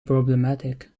problematic